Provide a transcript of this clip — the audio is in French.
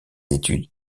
études